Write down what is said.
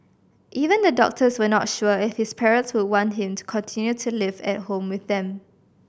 even the doctors were not sure if his parents would want him to continue to live at home with them